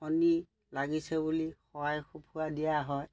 শনি লাগিছে বুলি শৰাই সঁফুৰা দিয়া হয়